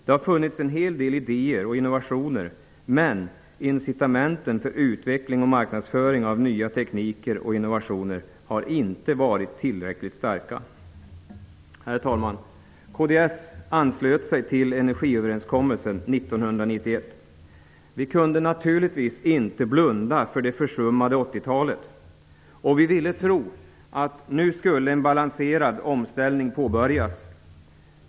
Det har funnits en hel del idéer och innovationer, men incitamenten för utveckling och marknadsföring av nya tekniker och innovationer har inte varit tillräckligt starka. Herr talman! Kds anslöt sig till energiöverenskommelsen 1991. Vi kunde naturligtvis inte blunda för det försummade 80 talet, och vi ville tro att en balanserad omställning nu skulle påbörjas.